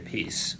Peace